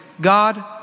God